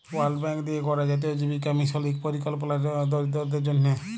world Bank দিঁয়ে গড়া জাতীয় জীবিকা মিশল ইক পরিকল্পলা দরিদ্দরদের জ্যনহে